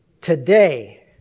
today